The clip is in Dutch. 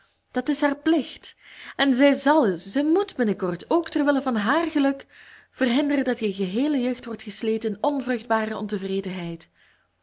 dat is haar plicht en zij zàl zij moet binnenkort ook ter wille van hààr geluk verhinderen dat je geheele jeugd wordt gesleten in onvruchtbare ontevredenheid